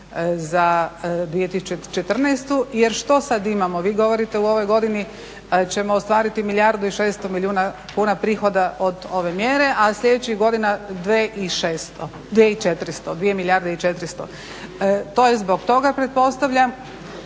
za 2014. jer što sad imamo? Vi govorite u ovoj godini ćemo ostvariti milijardu i 600 milijuna kuna prihoda od ove mjere, a sljedećih godina 2 milijarde i 400, to je zbog toga pretpostavljam